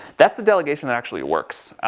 that's the delegation that actually works.